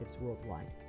worldwide